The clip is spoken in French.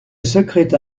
secrète